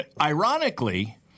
Ironically